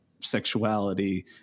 sexuality